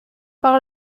par